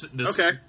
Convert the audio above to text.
Okay